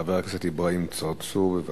חבר הכנסת אברהים צרצור, בבקשה.